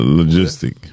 logistic